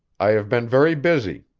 i have been very busy.